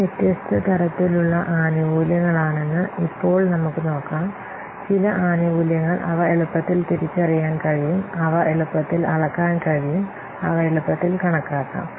ഇവ വ്യത്യസ്ത തരത്തിലുള്ള ആനുകൂല്യങ്ങളാണെന്ന് ഇപ്പോൾ നമുക്ക് നോക്കാം ചില ആനുകൂല്യങ്ങൾ അവ എളുപ്പത്തിൽ തിരിച്ചറിയാൻ കഴിയും അവ എളുപ്പത്തിൽ അളക്കാൻ കഴിയും അവ എളുപ്പത്തിൽ കണക്കാക്കാം